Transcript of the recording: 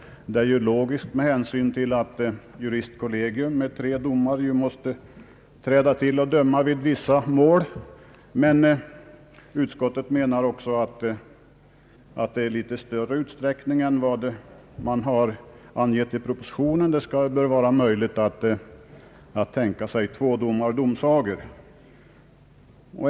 Det är logiskt med hänsyn till att juristkollegium med tre domare måste träda till och döma i vissa mål. Men utskottet anser också att man i något större utsträckning än som angivits i propositionen bör kunna tänka sig tvådomardomsagor.